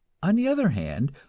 on the other hand,